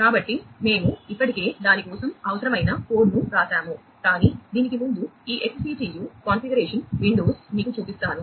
కాబట్టి మేము ఇప్పటికే దాని కోసం అవసరమైన కోడ్ను వ్రాసాము కానీ దీనికి ముందు ఈ XCTU కాన్ఫిగరేషన్ విండోస్ మీకు చూపిస్తాను